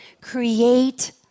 create